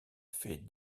fait